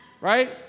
Right